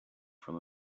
from